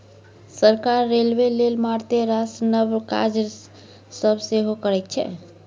सरकार रेलबे लेल मारिते रास नब काज सब सेहो करैत छै